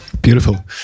beautiful